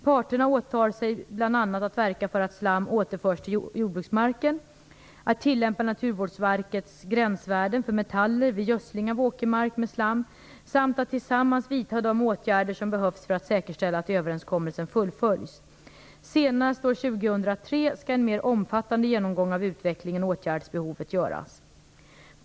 Parterna åtar sig bl.a. att verka för att slam återförs till jordbruksmarken, att tillämpa Naturvårdsverkets gränsvärden för metaller vid gödsling av åkermark med slam samt att tillsammans vidta de åtgärder som behövs för att säkerställa att överenskommelsen fullföljs. Senast år 2003 skall en mer omfattande genomgång av utvecklingen och åtgärdsbehovet göras.